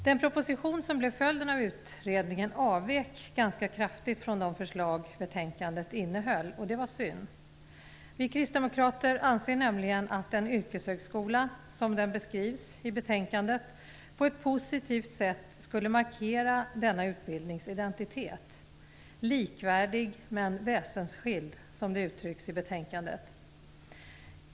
Den proposition som blev följden av utredningen avvek ganska kraftigt från de förslag betänkandet innehöll. Det var synd. Vi kristdemokrater anser nämligen att en yrkeshögskola, som den beskrivs i betänkandet, på ett positivt sätt skulle markera denna utbildnings identitet. Likvärdig, men väsensskild, som det uttrycks i betänkandet.